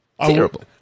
Terrible